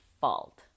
fault